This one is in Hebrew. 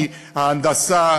מההנדסה,